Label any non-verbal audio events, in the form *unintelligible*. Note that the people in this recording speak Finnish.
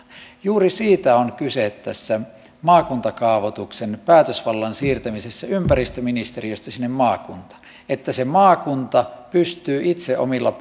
juuri siitä on kyse tässä maakuntakaavoituksen päätösvallan siirtämisessä ympäristöministeriöstä sinne maakuntaan että se maakunta pystyy itse omilla *unintelligible*